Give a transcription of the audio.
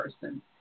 person